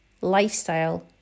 lifestyle